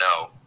no